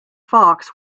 fox